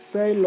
Say